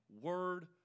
Word